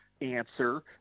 answer